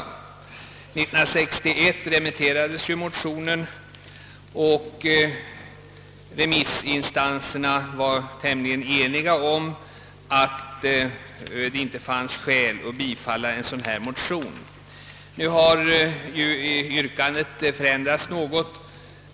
år 1961 sändes motionen ut på remiss, och remissinstanserna var tämligen eniga om att det inte fanns skäl att bifalla motionsyrkandet. Yrkandet har denna gång förändrats något.